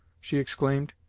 she exclaimed.